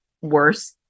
worse